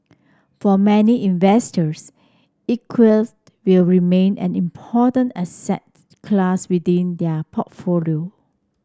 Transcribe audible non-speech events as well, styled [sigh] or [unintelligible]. for many investors [unintelligible] will remain an important asset class within their portfolio